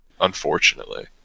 unfortunately